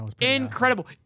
Incredible